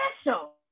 special